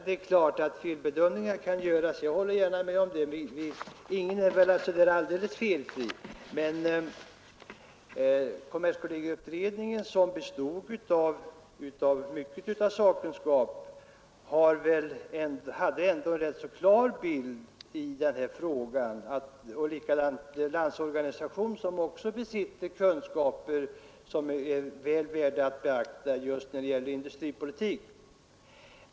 Det är klart att felbedömningar kan göras — jag håller gärna med om det — för ingen är alldeles felfri. Men kommerskollegieutredningen, som bestod av mycken sakkunskap, hade ändå en rätt klar bild av den här frågan. På samma sätt var det med Landsorganisationen, som också besitter kunskaper som är väl värda att beakta när det gäller industripolitik.